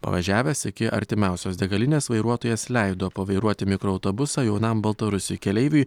pavažiavęs iki artimiausios degalinės vairuotojas leido pavairuoti mikroautobusą jaunam baltarusiui keleiviui